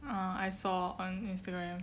ah I saw on instagram